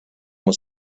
was